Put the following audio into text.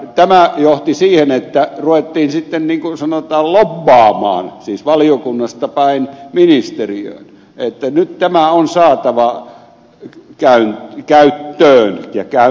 tämä johti siihen että ruvettiin sitten niin kuin sanotaan lobbaamaan siis valiokunnasta päin ministeriöön että nyt tämä valmistelutyö on saatava käyttöön ja käyntiin